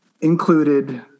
included